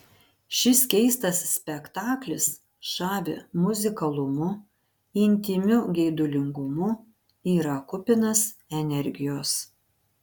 šis keistas spektaklis žavi muzikalumu intymiu geidulingumu yra kupinas energijos